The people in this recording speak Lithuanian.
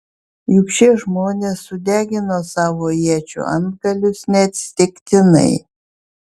juk šie žmonės sudegino savo iečių antgalius neatsitiktinai